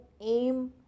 aim